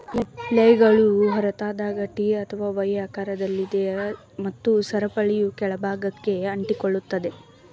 ಫ್ಲೇಲ್ಗಳು ಹೊರತೆಗೆದಾಗ ಟಿ ಅಥವಾ ವೈ ಆಕಾರದಲ್ಲಿದೆ ಮತ್ತು ಸರಪಳಿಯು ಕೆಳ ಭಾಗಕ್ಕೆ ಅಂಟಿಕೊಳ್ಳುತ್ತದೆ